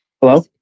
Hello